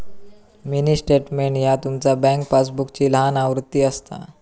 mini statement ह्या तुमचा bank पासबुकची लहान आवृत्ती असता